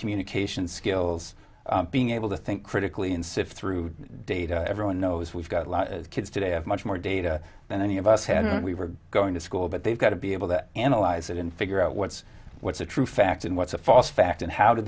communication skills being able to think critically and sift through data everyone knows we've got a lot of kids today have much more data than any of us when we were going to school but they've got to be able to analyze it and figure out what's what's a true fact and what's a fast fact and how do